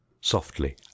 softly